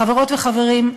חברות וחברים,